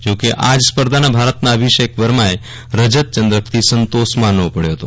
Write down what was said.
જો કે આજ સ્પર્ધામાં ભારતના અભિષેક વર્માએ રજત ચંદ્રકથી સંરોષ માનવો પડ્યો હતો